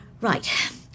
Right